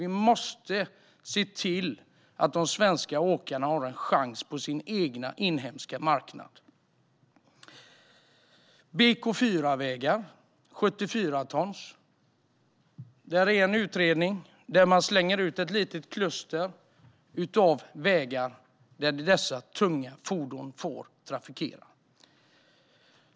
Vi måste se till att de svenska åkarna har en chans på sin egen inhemska marknad. När det gäller BK4-vägar för 74 ton finns en utredning där man slänger ut ett litet kluster av vägar som dessa tunga fordon får trafikera.